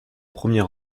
premier